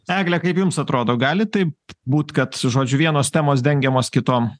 egle kaip jums atrodo gali taip būt kad žodžiu vienos temos dengiamos kitom